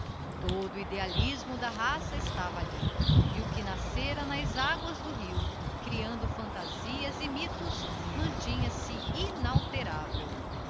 todo o idealismo da raça estava alli e o que nascera nas aguas do rio creando phaniasias emythos mantinha se inalterável